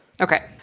Okay